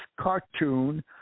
cartoon